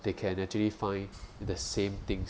they can actually find the same things